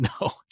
no